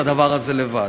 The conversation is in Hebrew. הדבר הזה לבד.